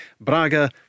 Braga